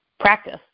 practice